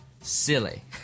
silly